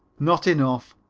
not enough.